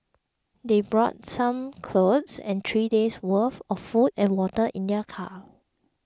they brought some clothes and three days' worth of food and water in their car